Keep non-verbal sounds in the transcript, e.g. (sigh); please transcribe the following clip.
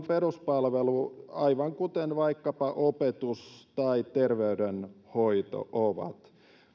(unintelligible) peruspalvelua aivan kuten vaikkapa opetus tai terveydenhoito ovat